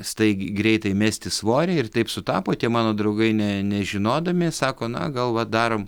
staigi greitai mesti svorį ir taip sutapo tie mano draugai ne nežinodami sako na gal va darom